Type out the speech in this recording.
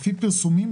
לפי פרסומים,